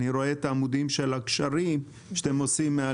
אני רואה את העמודים של הגשרים שאתם עושים מעל